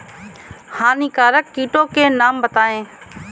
हानिकारक कीटों के नाम बताएँ?